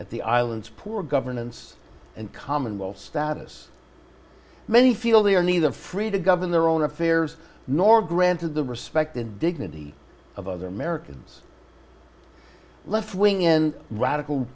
at the island's poor governance and commonwealth status many feel they are neither free to govern their own affairs nor granted the respect and dignity of other americans left wing in radical